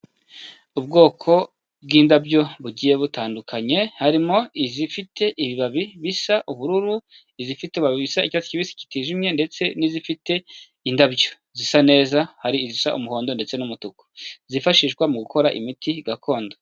Ubwoko bw'indabyo bugiye butandukanye harimo izifite ibibabi bisa n'ubururu, izifite ibibabi bisa icyatsi kibisi kitijimye, ndetse n'izifite indabyo zisa neza, harii zisa umuhondo ndetse n'umutuku zifashishwa mu gukora imiti gakondo.